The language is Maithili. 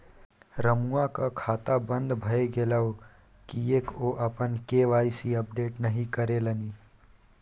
रमुआक खाता बन्द भए गेलै किएक ओ अपन के.वाई.सी अपडेट नहि करेलनि?